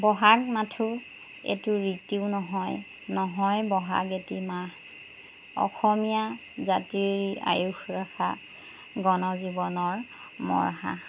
বহাগ মাথো এটি ঋতু নহয় নহয় বহাগ এটি মাহ অসমীয়া জাতিৰ ই আয়ুস ৰেখা গণ জীৱনৰ মৰ সাহ